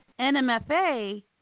NMFA